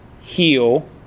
heal